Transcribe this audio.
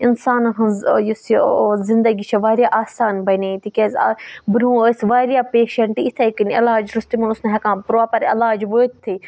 اِنسانَن ہٕنٛز یُس یہِ او زِندگی چھِ واریاہ آسان بَنے تِکیٛازِ برونٛہہ ٲسۍ واریاہ پیشَنٹ اِتھے کٔنۍ علاج روس تِمَن اوس نہٕ ہیکان پرٛاپَر علاج وٲتتھٕے